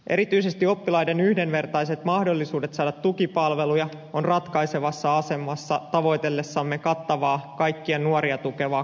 erityisesti oppilaiden yhdenvertaiset mahdollisuudet saada tukipalveluja ovat ratkaisevassa asemassa tavoitellessamme kattavaa kaikkia nuoria tukevaa koulujärjestelmää